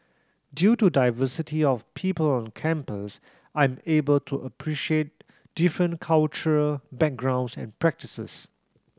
due to the diversity of people on campus I'm able to appreciate different cultural backgrounds and practices